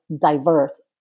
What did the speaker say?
diverse